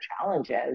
challenges